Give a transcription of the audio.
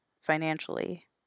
financially